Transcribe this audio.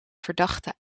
verdachte